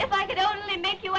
if i could only make you